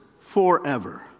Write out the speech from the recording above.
forever